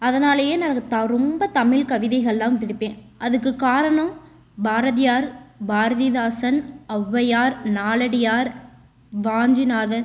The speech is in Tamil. அதனாலேயே நான் எனக்கு ரொம்ப தமிழ் கவிதைகள்லாம் படிப்பேன் அதுக்கு காரணோம் பாரதியார் பாரதிதாசன் ஔவையார் நாலடியார் வாஞ்சிநாதன்